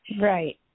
Right